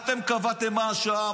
אתם קבעתם מה השעה,